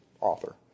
author